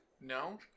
No